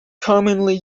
commonly